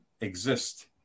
exist